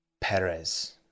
Perez